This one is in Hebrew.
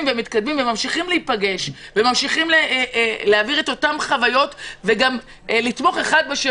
ומתקדמים וממשיכים להיפגש וממשיכים להעביר אותן חוויות ולתמוך זה בזה